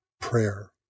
prayer